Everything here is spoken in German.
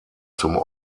zum